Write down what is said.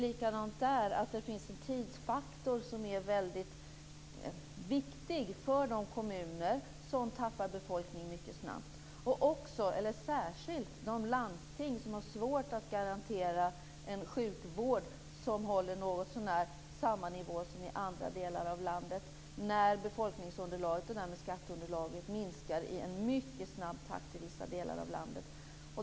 Även där finns det en tidsfaktor som är viktig för de kommuner som tappar befolkning mycket snabbt, särskilt för de landsting som har svårt att garantera en sjukvård som någotsånär håller samma nivå som i andra delar av landet när befolkningsunderlaget och därmed skatteunderlaget minskar i en mycket snabb takt.